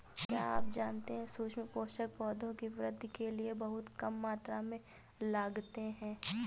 क्या आप जानते है सूक्ष्म पोषक, पौधों की वृद्धि के लिये बहुत कम मात्रा में लगते हैं?